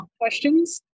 questions